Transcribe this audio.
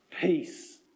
Peace